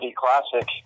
classic